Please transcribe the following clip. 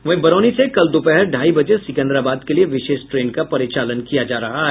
वहीं बरौनी से कल दोपहर ढाई बजे सिकंदराबाद के लिये विशेष ट्रेन का परिचालन किया जा रहा है